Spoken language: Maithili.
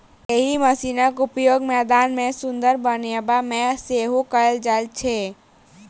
एहि मशीनक उपयोग मैदान के सुंदर बनयबा मे सेहो कयल जाइत छै